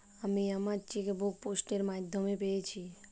আমি আমার chequebook post এর মাধ্যমে পেয়েছি